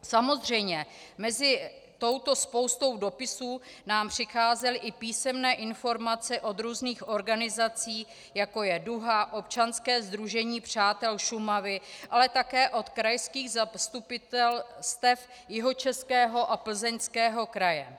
Samozřejmě, mezi touto spoustou dopisů nám přicházely i písemné informace od různých organizací, jako je DUHA, občanské sdružení Přátelé Šumavy, ale také od krajských zastupitelstev Jihočeského a Plzeňského kraje.